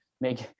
make